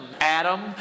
Adam